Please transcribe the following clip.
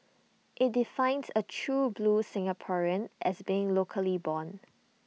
IT defines A true blue Singaporean as being locally born